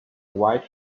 white